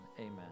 amen